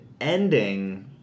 ending